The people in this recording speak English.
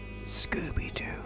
Scooby-Doo